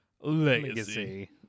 Legacy